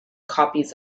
copies